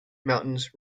mountains